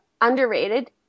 underrated